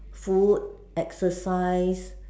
food exercise